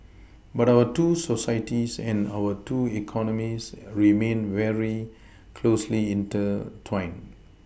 but our two societies and our two economies remained very closely intertwined